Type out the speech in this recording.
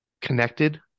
connected